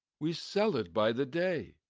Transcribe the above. we sell it by the day.